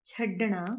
ਛੱਡਣਾ